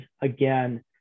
again